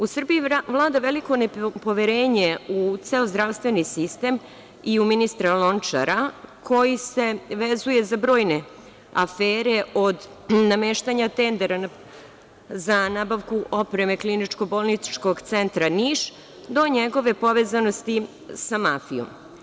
U Srbiji vlada veliko nepoverenje u ceo zdravstveni sistem i u ministra Lončara, koji se vezuje za brojne afere, od nameštanja tendera za nabavku opreme KBC Niš, do njegove povezanosti sa mafijom.